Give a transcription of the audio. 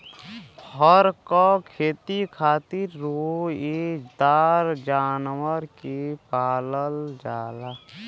फर क खेती खातिर रोएदार जानवर के पालल जाला